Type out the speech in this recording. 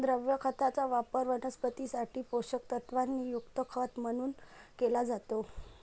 द्रव खताचा वापर वनस्पतीं साठी पोषक तत्वांनी युक्त खत म्हणून केला जातो